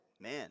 man